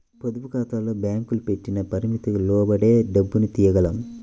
పొదుపుఖాతాల్లో బ్యేంకులు పెట్టిన పరిమితికి లోబడే డబ్బుని తియ్యగలం